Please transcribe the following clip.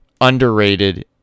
underrated